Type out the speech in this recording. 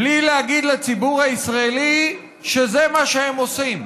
בלי להגיד לציבור הישראלי שזה מה שהם עושים.